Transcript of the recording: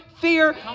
fear